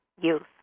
youth